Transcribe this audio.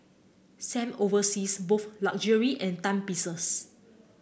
Sam oversees both luxury and timepieces